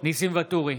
ניסים ואטורי,